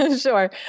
Sure